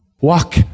Walk